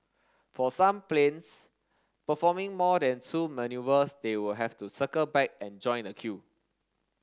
for some planes performing more than two manoeuvres they will have to circle back and join the queue